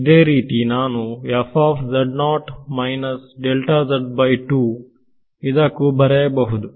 ಇದೇ ರೀತಿ ನಾನು ಇದಕ್ಕೂ ಬರೆಯಬಹುದು